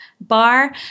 bar